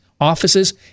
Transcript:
offices